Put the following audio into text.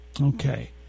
Okay